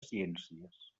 ciències